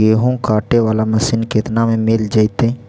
गेहूं काटे बाला मशीन केतना में मिल जइतै?